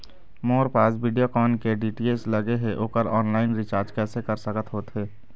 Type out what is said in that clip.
मोर पास वीडियोकॉन के डी.टी.एच लगे हे, ओकर ऑनलाइन रिचार्ज कैसे कर सकत होथे?